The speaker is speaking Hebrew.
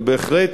אבל בהחלט